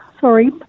sorry